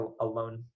alone